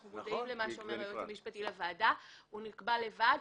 אנחנו מודעים למה שאומר היועץ המשפטי לוועדה: הוא נקבע לבד,